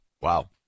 Wow